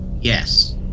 Yes